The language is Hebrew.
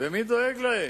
מי דואג להם?